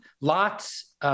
lots